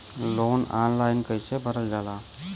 Loan online कइसे भरल जाला?